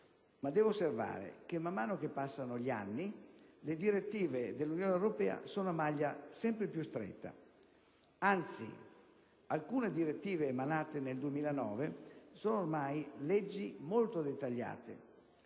ma devo osservare che man mano che passano gli anni, le direttive dell'Unione europea sono a maglia sempre più stretta. Anzi, alcune direttive emanate nel 2009 sono ormai leggi molto dettagliate.